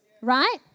right